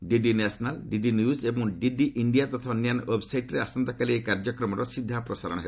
DD national DD news ଏବଂ DD India ତଥା ଅନ୍ୟାନ୍ୟ ୱେବ୍ସାଇଟ୍ରେ ଆସନ୍ତାକାଲି ଏହି କାର୍ଯ୍ୟକ୍ରମର ସିଧା ପ୍ରସାରଣ ହେବ